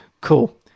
Cool